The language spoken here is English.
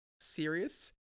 serious